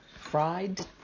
Fried